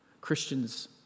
Christians